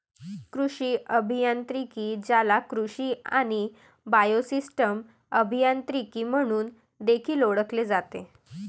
कृषी अभियांत्रिकी, ज्याला कृषी आणि बायोसिस्टम अभियांत्रिकी म्हणून देखील ओळखले जाते